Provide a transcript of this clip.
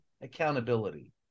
accountability